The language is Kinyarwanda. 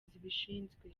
zibishinzwe